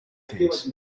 things